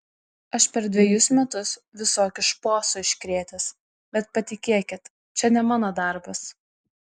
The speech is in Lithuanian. aš per dvejus metus visokių šposų iškrėtęs bet patikėkit čia ne mano darbas